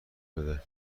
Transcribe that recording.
بده